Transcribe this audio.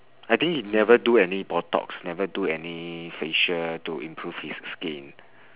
I think he never do any botox never do any facial to improve his skin